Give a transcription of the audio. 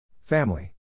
family